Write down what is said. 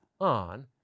on